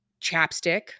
chapstick